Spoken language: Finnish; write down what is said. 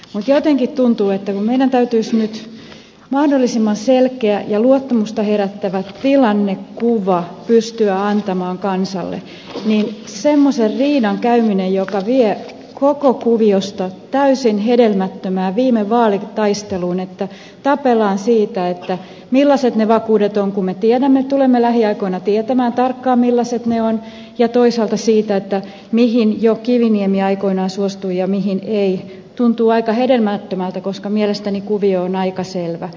mutta jotenkin tuntuu että kun meidän täytyisi nyt mahdollisimman selkeä ja luottamusta herättävä tilannekuva pystyä antamaan kansalle niin semmoisen riidan käyminen joka vie koko kuviosta täysin hedelmättömään viime vaalitaisteluun että tapellaan siitä millaiset ne vakuudet ovat kun me tiedämme että tulemme lähiaikoina tietämään tarkkaan millaiset ne ovat ja toisaalta siitä mihin jo kiviniemi aikoinaan suostui ja mihin ei tuntuu aika hedelmättömältä koska mielestäni kuvio on aika selvä